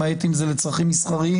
למעט אם זה לצרכים מסחריים,